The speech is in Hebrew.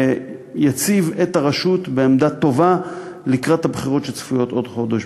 ויציב את הרשות בעמדה טובה לקראת הבחירות שצפויות בעוד שנה וחודש.